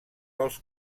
pels